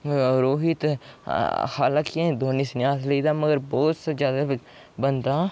रोहित हालांकि धोनी सन्यास लेई दा मगर बहुत जैदा बंदा